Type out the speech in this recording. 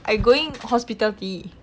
I'm going hospitality